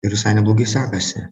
ir visai neblogai sekasi